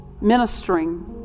ministering